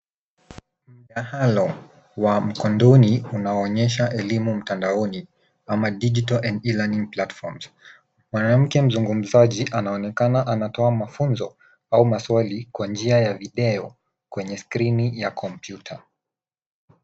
Mdahalo wa mkonduni unaoonyesha elimu mtandaoni ama digital and e-learning platforms . Mwanamke mzungumzaji anaonekana anatoa mafunzo au maswali kwa njia ya video kwenye skrini ya kompyuta.